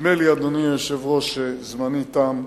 נדמה לי, אדוני היושב-ראש, שזמני תם.